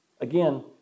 Again